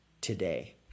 today